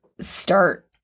start